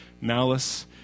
malice